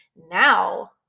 Now